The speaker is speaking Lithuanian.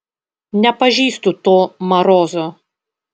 nepažįstu to marozo